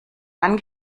dann